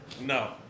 No